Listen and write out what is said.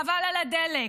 חבל על הדלק,